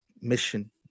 mission